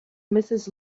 mrs